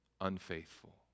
unfaithful